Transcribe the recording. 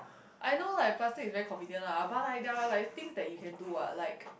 I know like plastic is very convenient lah but like there are like things that you can do what like